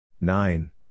nine